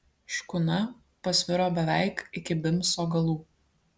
škuna pasviro beveik iki bimso galų